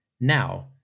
Now